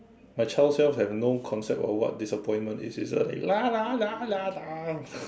my child self has no concept of what disappointment is he's only